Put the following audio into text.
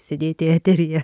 sėdėti eteryje